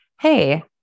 Hey